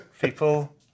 people